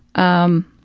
um,